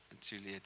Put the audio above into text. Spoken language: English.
Juliet